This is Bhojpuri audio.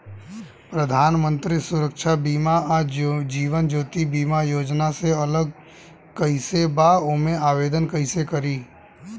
प्रधानमंत्री सुरक्षा बीमा आ जीवन ज्योति बीमा योजना से अलग कईसे बा ओमे आवदेन कईसे करी?